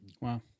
Wow